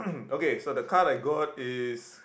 okay so the car like god is